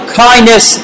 kindness